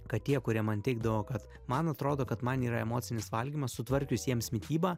kad tie kurie man teigdavo kad man atrodo kad man yra emocinis valgymas sutvarkius jiems mitybą